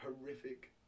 horrific